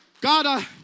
God